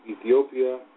Ethiopia